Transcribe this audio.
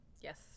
Yes